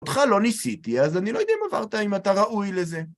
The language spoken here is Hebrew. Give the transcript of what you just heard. אותך לא ניסיתי, אז אני לא יודע אם עברת, אם אתה ראוי לזה.